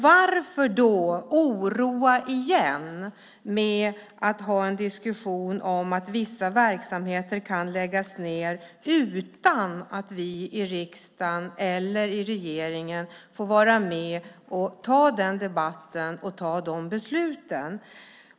Varför då oroa igen med att ha en diskussion om att vissa verksamheter kan läggas ned utan att vi i riksdagen eller i regeringen får vara med och ta den debatten och fatta de besluten?